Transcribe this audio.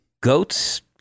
Goats